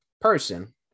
person